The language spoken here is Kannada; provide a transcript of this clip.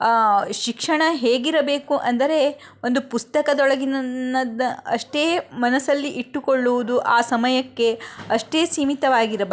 ಶಿಕ್ಷಣ ಹೇಗಿರಬೇಕು ಅಂದರೆ ಒಂದು ಪುಸ್ತಕದೊಳಗಿನದು ಅಷ್ಟೇ ಮನಸ್ಸಲ್ಲಿ ಇಟ್ಟುಕೊಳ್ಳುವುದು ಆ ಸಮಯಕ್ಕೆ ಅಷ್ಟೇ ಸೀಮಿತವಾಗಿರಬಾರದು ಅದು